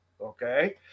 Okay